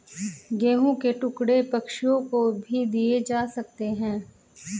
गेहूं के टुकड़े पक्षियों को भी दिए जा सकते हैं